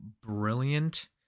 brilliant